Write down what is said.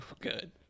good